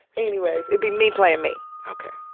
anyway, it'd be me playing me. okay.